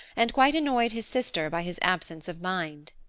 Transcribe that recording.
and quite annoyed his sister by his absence of mind.